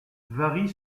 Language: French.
varient